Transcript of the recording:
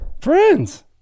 Friends